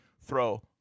throw